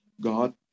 God